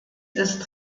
ist